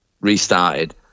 restarted